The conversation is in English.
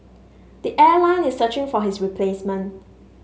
the airline is searching for his replacement